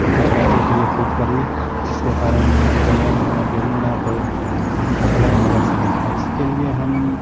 कुछ बातो के लिए फूट पड़ी जिसके कारण जितेंद्र ने गोविंदा को गलत नजर से देखा इसके लिए हम